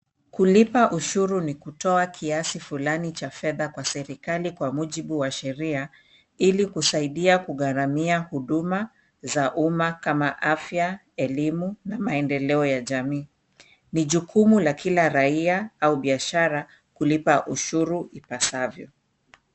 Kulipa ushuru ni kutoa kiasi fulani cha fedha kwa serikali kwa mujibu wa sheria ili kusaidia kugharamia huduma za umma kama afya, elimu na maendeleo ya jamii. Ni jukumu la kila raia au biashara kulipa ushuru ipasavyo.